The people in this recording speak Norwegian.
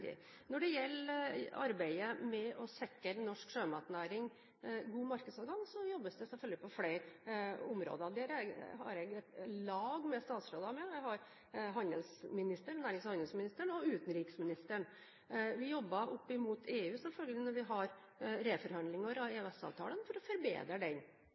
Når det gjelder arbeidet med å sikre norsk sjømatnæring god markedsadgang, jobbes det selvfølgelig på flere områder. Der har jeg et lag med statsråder med: Jeg har nærings- og handelsministeren og utenriksministeren. Vi jobber opp mot EU, selvfølgelig, når vi har reforhandlinger av EØS-avtalen for å forbedre den.